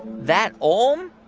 that olm,